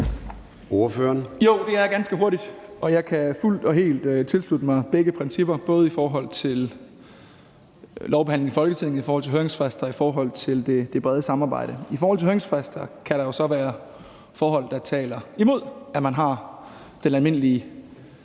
Madsen (S): Jo, det er ganske hurtigt, og jeg kan fuldt og helt tilslutte mig begge principper, både det for lovbehandlingen i Folketinget og høringsfrister og det for det brede samarbejde. I forhold til høringsfrister kan der jo så være forhold, der taler imod, at man har den almindelige